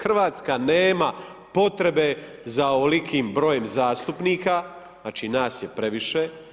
Hrvatska nema potrebe za ovolikim brojem zastupnika, znači nas je previše.